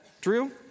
Drew